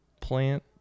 plant